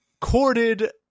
corded